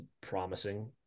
promising